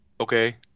Okay